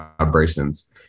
vibrations